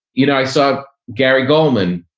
you know, i saw gary golman,